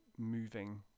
moving